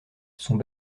sont